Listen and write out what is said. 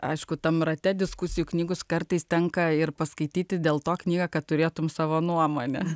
aišku tam rate diskusijų knygos kartais tenka ir paskaityti dėl to knygą kad turėtumei savo nuomonę